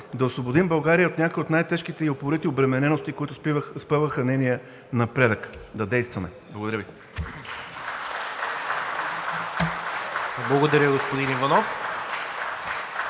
да освободим България от някои от най-тежките и упорити обременености, които спъваха нейния напредък. Да действаме!" Благодаря Ви. (Ръкопляскания от